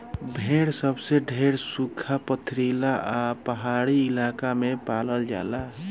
भेड़ सबसे ढेर सुखा, पथरीला आ पहाड़ी इलाका में पालल जाला